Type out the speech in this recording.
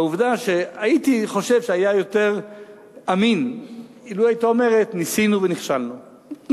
העובדה שהייתי חושב שהיה יותר אמין לו היא היתה אומרת: ניסינו ונכשלנו,